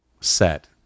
set